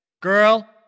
Girl